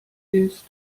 ist